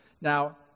Now